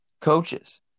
Coaches